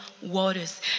waters